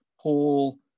Paul